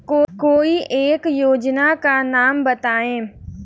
कोई एक योजना का नाम बताएँ?